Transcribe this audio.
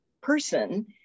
person